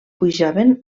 pujaven